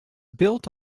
built